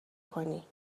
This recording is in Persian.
کنی